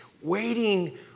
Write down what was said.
waiting